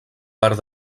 part